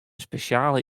spesjale